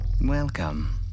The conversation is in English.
Welcome